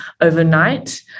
overnight